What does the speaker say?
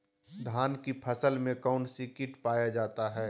धान की फसल में कौन सी किट पाया जाता है?